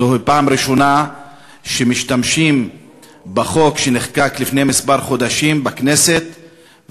זוהי הפעם הראשונה שמשתמשים בחוק שנחקק לפני כמה חודשים בכנסת,